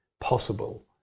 possible